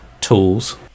tools